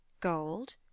Gold